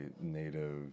native